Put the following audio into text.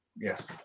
Yes